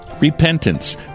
repentance